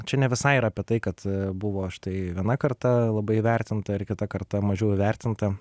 čia ne visai ir apie tai kad buvo štai viena karta labai įvertinta ar kita karta mažiau įvertinta